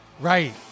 Right